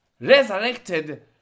resurrected